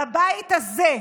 בבית הזה,